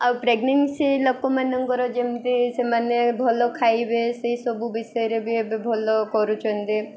ଆଉ ପ୍ରେଗନେନ୍ସି ଲୋକମାନଙ୍କର ଯେମିତି ସେମାନେ ଭଲ ଖାଇବେ ସେହିସବୁ ବିଷୟରେ ବି ଏବେ ଭଲ କରୁଛନ୍ତି